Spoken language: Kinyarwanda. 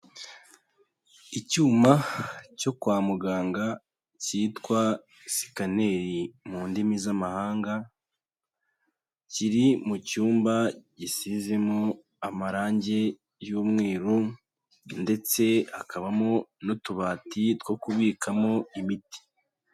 Icyuma cyo kwa muganga cyitwa sikaneri mu ndimi z'amahanga, kiri mu cyumba gisizemo amarangi y'umweru ndetse hakabamo n'utubati two kubikamo imiti.